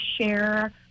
share